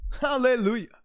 hallelujah